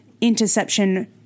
interception